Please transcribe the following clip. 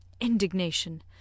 Indignation